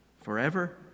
Forever